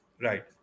Right